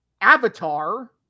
Avatar